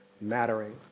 mattering